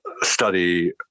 study